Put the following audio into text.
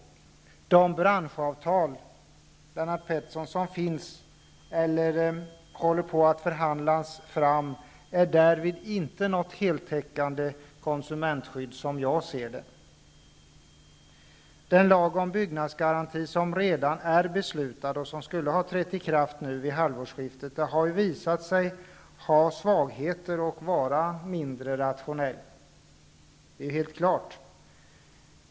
De branschavtal som finns, Lennart Nilsson, eller håller på att förhandlas fram, ger inte något heltäckande konsumentskydd. Den lag om byggnadsgaranti som redan är beslutad, och som skulle ha trätt i kraft nu vid halvårsskiftet, har ju visat sig ha svagheter och vara mindre rationell.